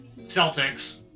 Celtics